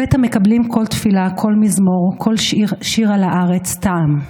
לפתע מקבלים כל תפילה כל מזמור כל שיר על הארץ טעם.